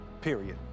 Period